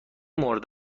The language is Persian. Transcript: مورد